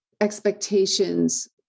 expectations